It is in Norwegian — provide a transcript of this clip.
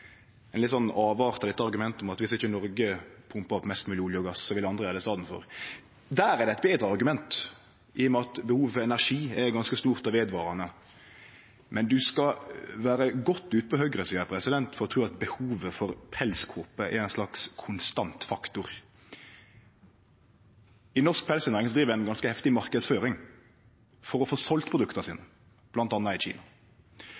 ein litt slik avart av argumentet om at viss ikkje Noreg pumpar opp mest mogleg olje og gass, vil andre gjere det i staden. Der er det eit betre argument, i og med at behovet for energi er ganske stort og vedvarande. Men ein skal vere godt ute på høgresida for å tru at behovet for pelskåpe er ein slags konstant faktor. I norsk pelsdyrnæring driv ein ei ganske heftig marknadsføring for å få selt produkta sine, bl.a. i Kina.